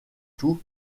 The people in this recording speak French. tout